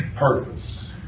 purpose